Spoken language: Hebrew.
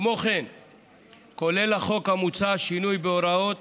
כמו כן כולל החוק המוצע שינוי בהוראות